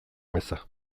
meza